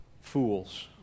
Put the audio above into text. fools